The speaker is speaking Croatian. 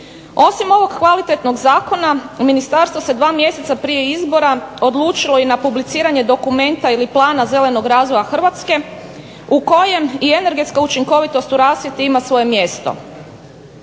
Osim ovog kvalitetnog zakona ministarstvo se dva mjeseca prije izbora odlučilo i na publiciranje dokumenta ili plana zelenog razvoja Hrvatske u kojem i energetska učinkovitost u rasvjeti ima svoje mjesto.